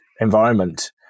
environment